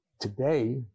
Today